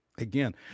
Again